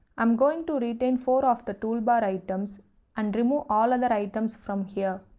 i'm going to retain four of the toolbar items and remove all other items from here.